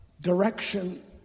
direction